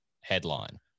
headline